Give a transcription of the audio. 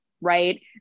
right